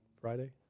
Friday